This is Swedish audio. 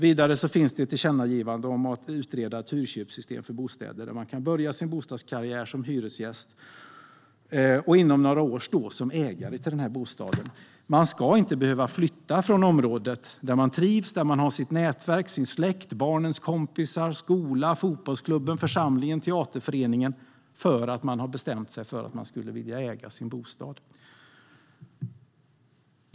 Vidare finns det ett tillkännagivande om att utreda ett hyrköpssystem för bostäder, där man kan börja sin bostadskarriär som hyresgäst och inom några år stå som ägare till bostaden. Man ska inte behöva flytta från det område där man trivs och har sitt nätverk, sin släkt, barnens kompisar och skola, fotbollsklubben, församlingen och teaterföreningen bara för att man har bestämt sig för att man skulle vilja äga sin bostad.